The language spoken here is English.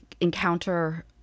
encounter